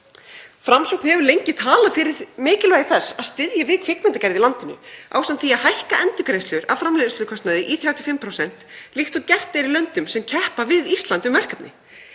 Framsókn hefur lengi talað fyrir mikilvægi þess að styðja við kvikmyndagerð í landinu ásamt því að hækka endurgreiðslur af framleiðslukostnaði í 35% líkt og gert er í löndum sem keppa við Ísland um verkefni.